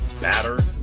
Batter